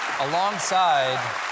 alongside